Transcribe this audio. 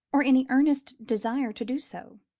or any earnest desire to do so